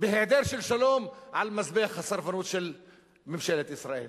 בהיעדר שלום על מזבח הסרבנות של ממשלת ישראל.